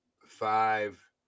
five